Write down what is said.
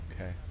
Okay